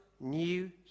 new